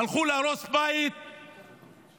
הלכו להרוס בית בירכא?